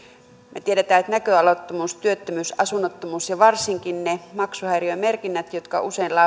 me tiedämme että näköalattomuus työttömyys asunnottomuus ja varsinkin ne maksuhäiriömerkinnät jotka usein